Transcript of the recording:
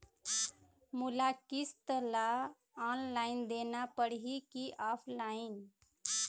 मोला किस्त ला ऑनलाइन देना पड़ही की ऑफलाइन?